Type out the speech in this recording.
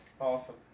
Awesome